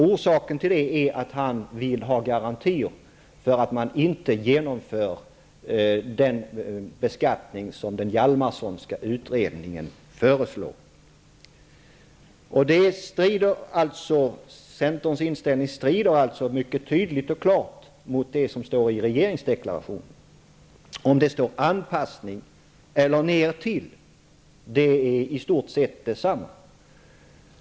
Han vill nämligen ha garanterat att man inte kommer att genomföra den beskattning som den Hjalmarssonska utredningen föreslår. Centerns inställning strider alltså mycket tydligt och klart mot det som står i regeringsdeklaration. ''Anpassning'' eller ''ner till'' i fråga om EG-nivån är i stort sett samma sak.